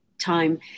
time